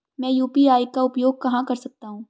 मैं यू.पी.आई का उपयोग कहां कर सकता हूं?